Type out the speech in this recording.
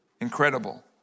incredible